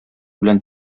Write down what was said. белән